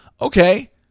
okay